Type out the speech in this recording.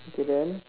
okay then